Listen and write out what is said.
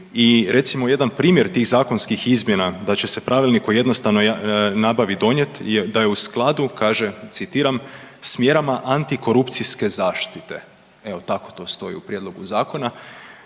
i recimo jedan primjer tih zakonskih izmjena da će se Pravilnik o jednostavnoj nabavi donijeti da je u skladu, kaže, citiram: „s mjerama antikorupcijske zaštite“, evo tako to stoji u prijedlogu Zakona.